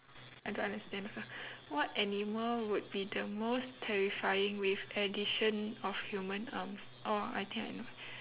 I don't understand sia what animal would be the most terrifying with addition of human arms oh I think I know